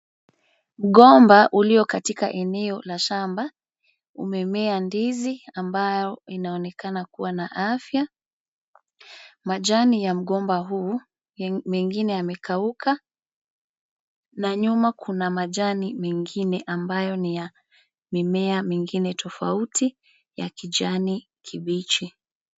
Mgomba ulio katika eneo la shamba umemea ndizi ambayo inaonekana kuwa na afya. Majani ya mgomba huu ni mengine yamekauka na nyuma kuna majani mengine ambayo niya mimea mingine tofauti ya kijani kibichi.